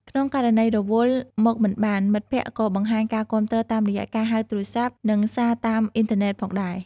ក្នុងករណីរវល់ មកមិនបាន មិត្តភក្តិក៏បង្ហាញការគាំទ្រតាមរយៈការហៅទូរសព្ទ និងសារតាមអ៊ីនធឺណិតផងដែរ។